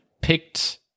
picked